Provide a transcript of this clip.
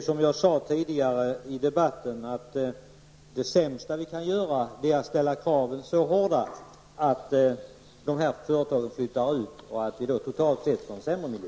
Som jag sade tidigare i debatten är det sämsta vi kan göra att ställa så hårda krav att företagen flyttar ut och vi, totalt sett, får en sämre miljö.